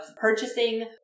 purchasing